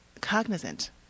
cognizant